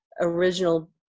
original